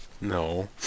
No